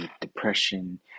depression